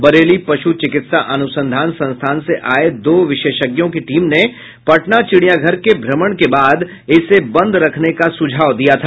बरेली पुश चिकित्सा अनुसंधान संस्थान से आये दो विशेषज्ञों की टीम ने पटना चिड़ियाघर के भ्रमण के बाद इसे बंद रखने का सुझाव दिया था